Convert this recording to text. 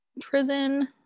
prison